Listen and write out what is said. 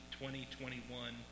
2021